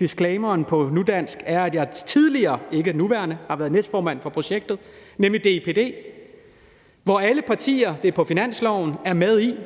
disclaimeren, sagt på nudansk, er, at jeg tidligere – ikke nu – har været næstformand for projektet, nemlig DIPD, som alle partier, og det er på finansloven, er bag,